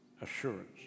assurance